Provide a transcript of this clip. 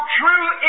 true